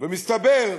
ומסתבר,